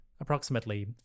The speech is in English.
approximately